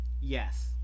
yes